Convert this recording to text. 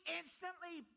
instantly